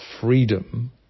freedom